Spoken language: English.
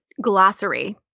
glossary